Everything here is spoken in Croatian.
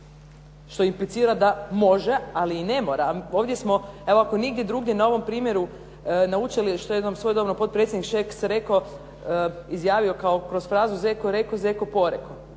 što implicira da može, ali i ne mora. Ovdje smo, evo ako nigdje drugdje na ovom primjeru naučili što je jednom svojedobno potpredsjednik Šeks rekao, izjavio kao kroz frazu zeko je reko, zeko je poreko.